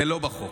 זה לא בחוק.